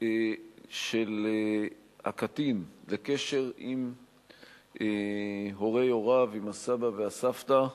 של הקטין לקשר עם הורי-הוריו, עם הסבא והסבתא,